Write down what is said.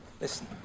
Listen